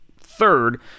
third